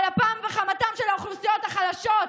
על אפם וחמתם של האוכלוסיות החלשות,